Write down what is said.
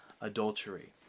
adultery